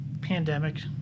pandemic